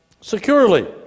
securely